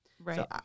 Right